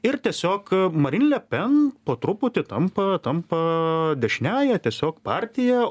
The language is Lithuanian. ir tiesiog marin le pen po truputį tampa tampa dešiniąja tiesiog partija